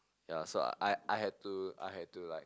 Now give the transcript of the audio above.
ya so I I had to I had to like